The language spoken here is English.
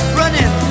running